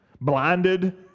blinded